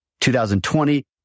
2020